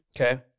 Okay